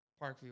Parkview